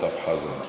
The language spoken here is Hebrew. בסדר.